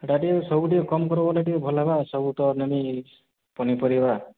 ସେଟା ଟିକେ ସବୁ ଟିକେ କମ୍ କର୍ବ ବୋଲେ ଟିକେ ଭଲ୍ ହେବା ଆଉ ସବୁ ତ ନେମି ପନିପରିବା